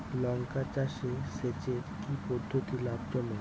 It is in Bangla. লঙ্কা চাষে সেচের কি পদ্ধতি লাভ জনক?